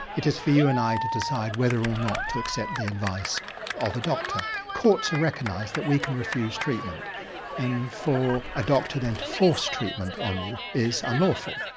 it is for you and i to decide whether or not to accept the advice of a doctor, courts ah recognised that we can refuse treatment and for a doctor then to force treatment on you is unlawful.